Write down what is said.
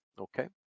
okay